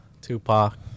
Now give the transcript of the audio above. Tupac